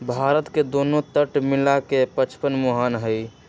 भारत में दुन्नो तट मिला के पचपन मुहान हई